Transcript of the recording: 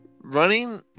running